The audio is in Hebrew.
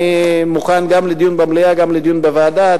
אני מוכן גם לדיון במליאה וגם לדיון בוועדה,